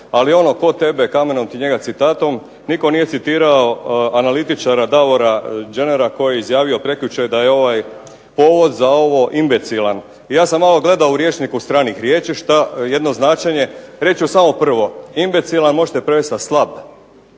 Ali ono, tko tebe kamenom ti njega citatom – nitko nije citirao analitičara Davora Gjenera koji je izjavio prekjučer da je ovaj povod za ovo imbecilan. Ja sam malo gledao u rječniku stranih riječi što jedno značenje. Reći ću samo prvo – imbecilan možete prevesti sa slab.